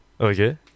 Okay